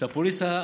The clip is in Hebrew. שהפוליסה,